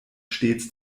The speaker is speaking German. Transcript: stets